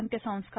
अंत्यसंस्कार